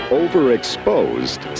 overexposed